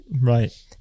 Right